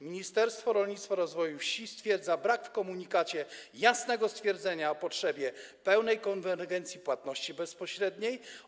Ministerstwo Rolnictwa i Rozwoju Wsi stwierdza brak w komunikacie jasnego stwierdzenia o potrzebie pełnej konwergencji płatności bezpośrednich.